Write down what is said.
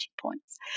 points